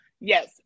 yes